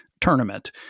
tournament